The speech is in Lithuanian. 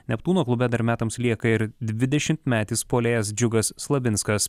neptūno klube dar metams lieka ir dvidešimtmetis puolėjas džiugas slavinskas